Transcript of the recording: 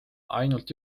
ainult